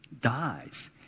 dies